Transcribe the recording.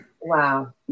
Wow